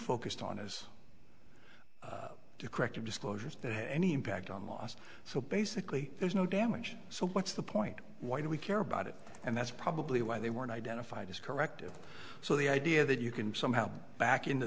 focused on as corrective disclosures that have any impact on lost so basically there's no damage so what's the point why do we care about it and that's probably why they weren't identified as corrective so the idea that you can somehow back into